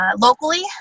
locally